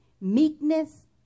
meekness